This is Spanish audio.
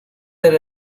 era